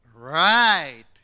Right